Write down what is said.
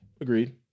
Agreed